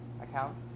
account